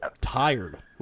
tired